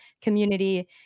community